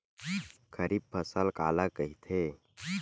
खरीफ फसल काला कहिथे?